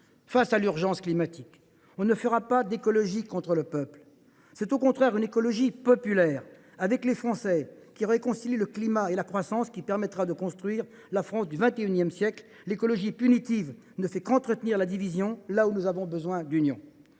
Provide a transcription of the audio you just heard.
Face à l’urgence climatique, on ne fera pas d’écologie contre le peuple. C’est au contraire une écologie populaire, recueillant l’assentiment des Français et réconciliant le climat et la croissance, qui permettra de construire la France du XXI siècle. L’écologie punitive ne fait qu’entretenir la division, là où nous avons besoin d’union